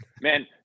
man